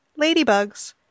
Ladybugs